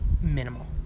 minimal